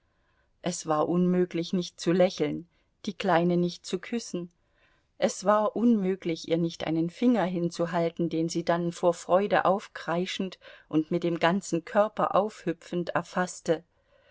es war unmöglich nicht zu lächeln die kleine nicht zu küssen es war unmöglich ihr nicht einen finger hinzuhalten den sie dann vor freude aufkreischend und mit dem ganzen körper aufhüpfend erfaßte